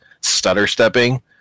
stutter-stepping